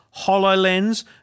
HoloLens